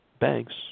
banks